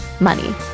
Money